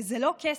וזה לא כסף,